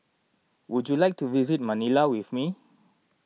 would you like to visit Manila with me